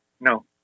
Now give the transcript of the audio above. No